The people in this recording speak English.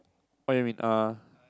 what you mean uh